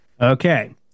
Okay